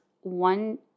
one